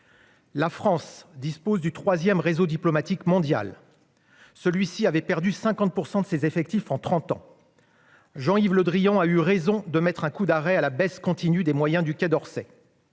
La France dispose du troisième réseau diplomatique mondial, mais celui-ci avait perdu 50 % de ses effectifs en trente ans. Jean-Yves Le Drian a donc eu raison de mettre un coup d'arrêt à la baisse continue des moyens du Quai d'Orsay.